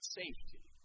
safety